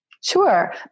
Sure